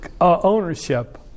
ownership